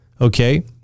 Okay